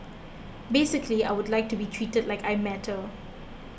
basically I would like to be treated like I matter